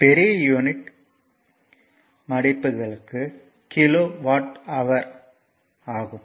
பெரிய யூனிட் மடிப்புகளுக்கு kilowatt hour ஆகும்